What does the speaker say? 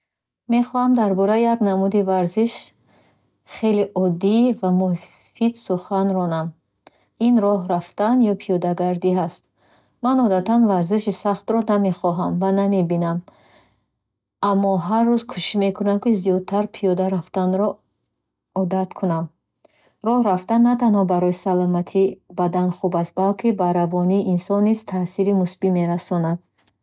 Мехоҳам дар бораи як намуди варзиши хеле оддӣ ва муфид сухан ронам. Ин роҳ рафтан ё пиёдагардӣ аст. Ман одатан варзиши сахтро намехонам ва намебинам, аммо ҳар рӯз кӯшиш мекунам, ки зиёдтар пиёда рафтанро одат кунам. Роҳ рафтан на танҳо барои саломатии бадан хуб аст, балки ба равони инсон низ таъсири мусбӣ мерасонад.